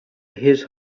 his